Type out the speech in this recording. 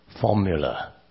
formula